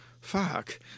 fuck